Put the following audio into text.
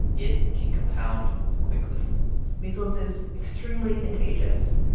it can compound quickly measles is extremely contagious.